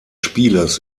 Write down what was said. spieles